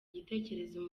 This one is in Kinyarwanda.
igitekerezo